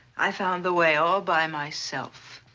i found the way all by myself.